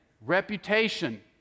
Reputation